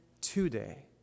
today